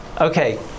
Okay